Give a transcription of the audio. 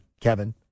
Kevin